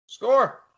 Score